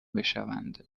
بشوند